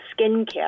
skincare